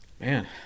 Man